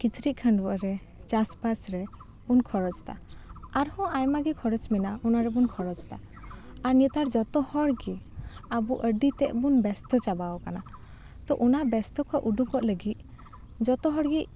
ᱠᱤᱪᱨᱤᱡ ᱠᱷᱟᱰᱩᱣᱟᱹᱜ ᱨᱮ ᱪᱟᱥᱵᱟᱥ ᱨᱮ ᱩᱱ ᱵᱚᱱ ᱠᱷᱚᱨᱚᱪ ᱮᱫᱟ ᱟᱨᱦᱚᱸ ᱟᱭᱢᱟ ᱜᱮ ᱠᱷᱚᱨᱚᱪ ᱢᱮᱱᱟᱜᱼᱟ ᱚᱱᱟ ᱨᱮᱵᱚᱱ ᱠᱷᱚᱨᱚᱪ ᱮᱫᱟ ᱟᱨ ᱱᱮᱛᱟᱨ ᱡᱚᱛᱚ ᱦᱚᱲ ᱜᱮ ᱟᱵᱚ ᱟᱹᱰᱤ ᱛᱮᱫ ᱵᱚᱱ ᱵᱮᱥᱛᱚ ᱪᱟᱵᱟ ᱟᱠᱟᱱᱟ ᱛᱚ ᱚᱱᱟ ᱵᱮᱥᱛᱚ ᱠᱷᱚᱱ ᱩᱰᱩᱠᱚᱜ ᱞᱟᱹᱜᱤᱫ ᱡᱚᱛᱚ ᱦᱚᱲ ᱜᱮ